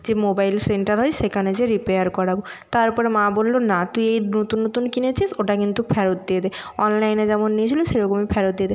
যে mobile centre হয় সেখানে যেয়ে রিপেয়ার করাবো তারপরে মা বললো না তুই নতুন নতুন কিনেছিস ওটা কিন্তু ফেরত দিয়ে দে অনলাইনে যেমন নিয়েছিলি সেরকমই ফেরত দিয়ে দে